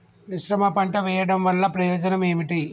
మిశ్రమ పంట వెయ్యడం వల్ల ప్రయోజనం ఏమిటి?